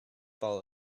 ball